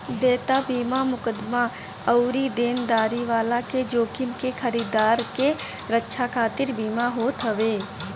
देयता बीमा मुकदमा अउरी देनदारी वाला के जोखिम से खरीदार के रक्षा खातिर बीमा होत हवे